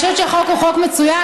אני חושבת שהחוק הוא חוק מצוין.